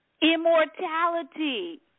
immortality